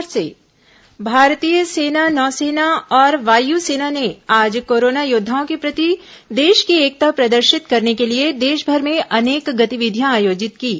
corona योद्वा सेना भारतीय सेना नौसेना और वायुसेना ने आज कोरोना योद्वाओं के प्रति देश की एकता प्रदर्शित करने के लिए देशभर में अनेक गतिविधियां आयोजित कीं